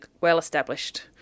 well-established